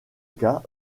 cas